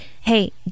hey